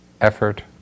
effort